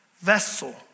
vessel